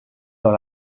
dans